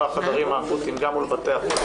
החדרים האקוטיים גם מול בתי החולים,